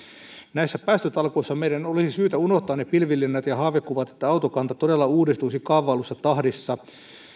näissä päästötalkoissa meidän olisi syytä unohtaa ne pilvilinnat ja haavekuvat että autokanta todella uudistuisi kaavaillussa tahdissa